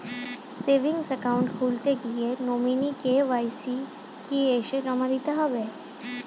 Savings account খুলতে গিয়ে nominee KYC কি এসে জমা দিতে হবে?